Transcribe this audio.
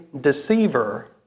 deceiver